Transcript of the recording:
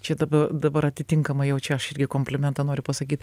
čia dabar dabar atitinkamai jau čia aš irgi komplimentą noriu pasakyt